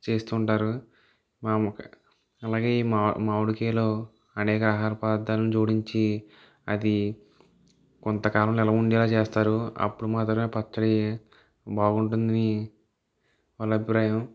చేస్తు ఉంటారు మామిడి అలాగే ఈ మామిడి మామిడికాయలు అనేక ఆహార పదార్ధాలను జోడించి అది కొంత కాలం నిల్వ వుండేలాగా చేస్తారు అప్పుడు మొదలు ఆ పచ్చడి బాగుంటుందని వాళ్ళ అభిప్రాయం